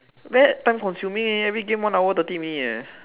very time consuming eh every game one hour thirty minute eh